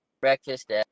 breakfast